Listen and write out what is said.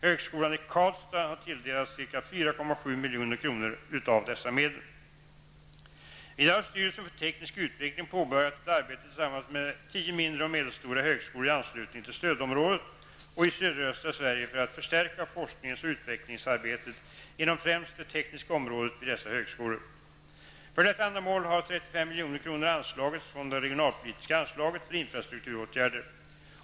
Högskolan i Karlstad har tilldelats ca 4,7 milj.kr. av dessa medel. Vidare har styrelsen för teknisk utveckling påbörjat ett arbete tillsammans med tio mindre och medelstora högskolor i anslutning till stödområdet och i sydöstra Sverige för att förstärka forskningsoch utvecklingsarbetet inom främst det tekniska området vid dessa högskolor. För detta ändamål har 35 milj.kr. anslagits från det regionalpolitiska anslaget för infrastrukturåtgärder.